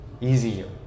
easier